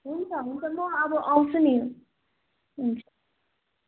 हुन्छ हुन्छ म अब आउछु नि हुन्छ